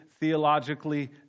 theologically